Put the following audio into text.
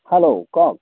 hello কওক